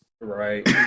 Right